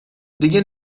دیگه